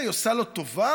היא עושה לו טובה